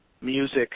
music